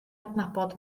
adnabod